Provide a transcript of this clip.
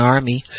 Army